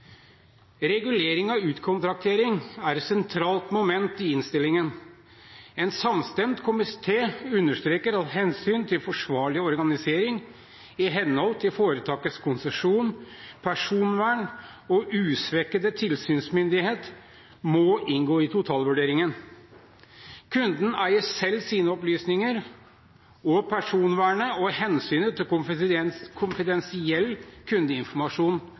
Regulering av utkontraktering er et sentralt moment i innstillingen. En samstemt komité understreker at hensyn til forsvarlig organisering i henhold til foretakets konsesjon, personvern og usvekkede tilsynsmyndighet må inngå i totalvurderingen. Kunden eier selv sine opplysninger, og personvernet og hensynet til konfidensiell kundeinformasjon